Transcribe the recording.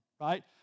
right